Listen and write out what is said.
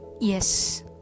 yes